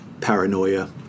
paranoia